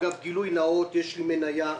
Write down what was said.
אגב, גילוי נאות: יש לי מניה אחת,